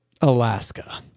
Alaska